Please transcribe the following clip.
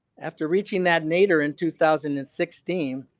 after reaching that nadir in two thousand and sixteen,